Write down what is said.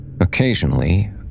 Occasionally